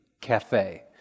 cafe